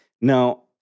Now